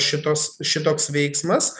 šitos šitoks veiksmas